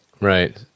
Right